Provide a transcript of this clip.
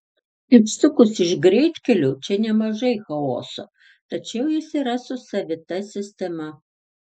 išsukus iš greitkelių čia nemažai chaoso tačiau jis yra su savita sistema